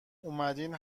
اومدین